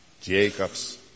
Jacob's